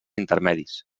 intermedis